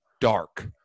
dark